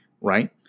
right